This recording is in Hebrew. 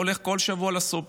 שאני הולך כל שבוע לסופר.